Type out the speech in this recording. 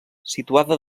situada